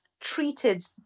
treated